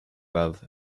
wealth